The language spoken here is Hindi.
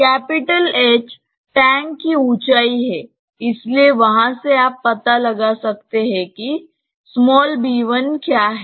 H टैंक की ऊंचाई है इसलिए वहां से आप पता लगा सकते हैं कि b1 क्या है